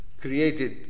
created